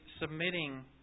submitting